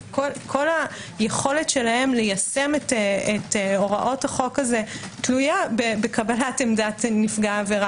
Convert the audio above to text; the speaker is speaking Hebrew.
כל היכולת שלהם ליישם את הוראות החוק הזה תלויה בקבלת עמדת נפגע העבירה.